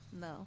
No